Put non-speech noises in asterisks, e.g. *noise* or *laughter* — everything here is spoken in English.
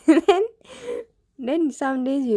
*laughs* and then then some days you